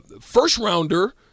first-rounder